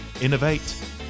Innovate